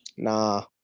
Nah